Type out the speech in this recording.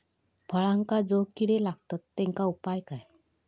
फळांका जो किडे लागतत तेनका उपाय काय?